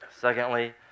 Secondly